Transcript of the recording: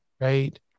right